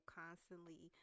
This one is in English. constantly